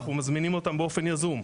אנחנו מזמינים אותם באופן יזום,